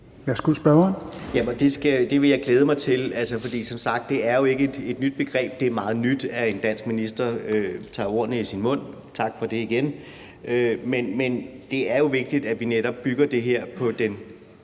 Rasmus Nordqvist (SF): Det vil jeg glæde mig til, for som sagt er det jo ikke et nyt begreb. Det er meget nyt, at en dansk minister tager ordene i sin mund, tak for det igen, men det er jo vigtigt, at vi netop bygger det her på den